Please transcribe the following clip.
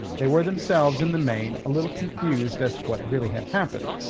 they were themselves in the main a little confused as to what really had happened,